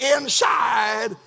inside